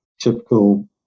typical